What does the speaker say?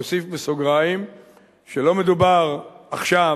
אוסיף בסוגריים שלא מדובר עכשיו